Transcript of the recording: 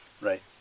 Right